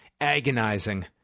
agonizing